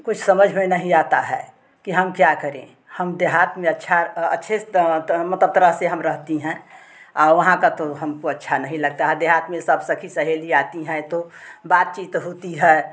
कुछ समझ में नहीं आता है कि हम क्या करें हम देहात में अच्छा अच्छे मतलब तरह से हम रहती हैं वहाँ का तो हमको अच्छा नहीं लगता है देहात में सब सखी सहेली आती हैं तो बातचीत होती है